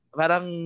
parang